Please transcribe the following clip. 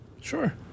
Sure